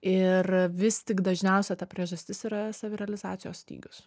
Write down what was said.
ir vis tik dažniausia ta priežastis yra savirealizacijos stygius